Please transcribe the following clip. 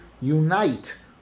unite